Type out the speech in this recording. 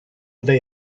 they